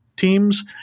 teams